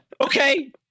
Okay